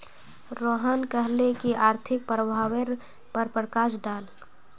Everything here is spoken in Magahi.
रोहन कहले की आर्थिक प्रभावेर पर प्रकाश डाल